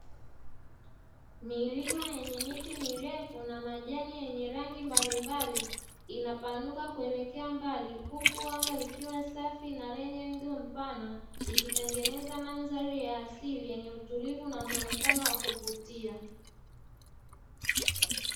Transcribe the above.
Milima yenye miti mirefu na majani yenye rangi mbalimbali, inapanuka kuelekea mbali, huku anga likiwa safi na lenye wigo mpana, ikitengeneza mandhari ya asili yenye utulivu na muonekano wa kuvutia.